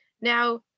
Now